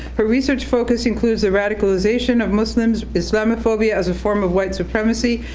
her research focus includes the radicalization of muslims, islamophobia as a form of white supremacy,